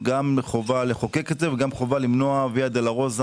גם חובה לחוקק את זה וגם חובה למנוע ויה דולורוזה